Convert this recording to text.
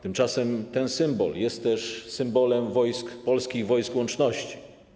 Tymczasem ten symbol jest też symbolem wojsk, polskich wojsk łączności.